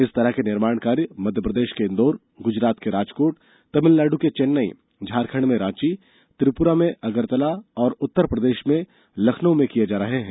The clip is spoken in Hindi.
इस तरह के निर्माण कार्य मध्य प्रदेश के इंदौर गुजरात के राजकोट तमिलनाडु के चेन्नई झारखंड में रांची त्रिपुरा में अगरतला और उत्तर प्रदेश में लखनऊ में किये जा रहे हैं